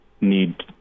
need